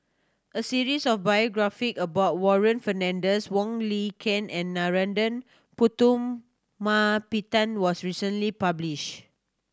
a series of biography about Warren Fernandez Wong Lin Ken and Narana Putumaippittan was recently publish